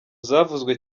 zavuzwe